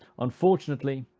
unfortunately,